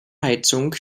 heizung